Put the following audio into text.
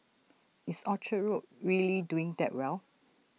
is Orchard road really doing that well